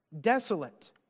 desolate